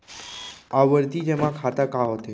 आवर्ती जेमा खाता का होथे?